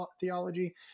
theology